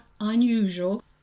unusual